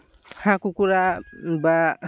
হাঁহ কুকুৰা বা